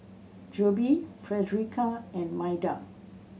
Jobe Fredericka and Maida